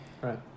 right